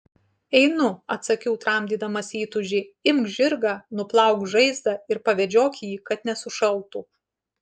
einu atsakiau tramdydamas įtūžį imk žirgą nuplauk žaizdą ir pavedžiok jį kad nesušaltų